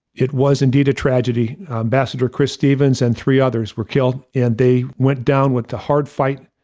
it was indeed a tragedy. ambassador chris stevens and three others were killed, and they went down with the hard fight.